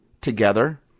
together